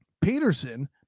peterson